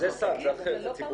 אבל זה סל, זה אחר, זה ציבורי.